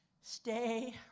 Stay